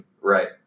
Right